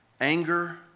Anger